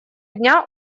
дня